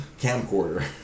camcorder